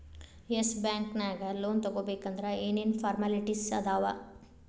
S Bank ನ್ಯಾಗ್ loan ತಗೊಬೇಕಂದ್ರ ಏನೇನ್ ಫಾರ್ಮ್ಯಾಲಿಟಿಸ್ ಅದಾವ?